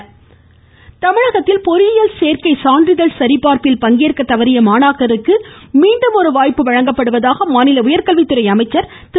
முமுமமமம அன்பழகன் தமிழகத்தில் பொறியியல் சேர்க்கை சான்றிதழ் சரிபார்ப்பில் பங்கேற்க தவறிய மாணாக்கருக்கு மீண்டும் ஒரு வாய்ப்பு வழங்கப்படுவதாக மாநில உயர்கல்வித்துறை அமைச்சர் திரு